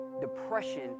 depression